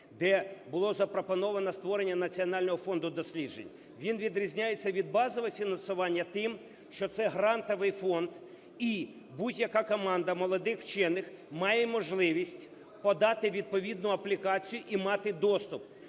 де було запропоновано створення Національного фонду досліджень. Він відрізняється від базового фінансування тим, що це – грантовий фонд, і будь-яка команда молодих вчених має можливість подати відповідну аплікацію і мати доступ.